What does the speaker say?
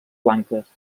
blanques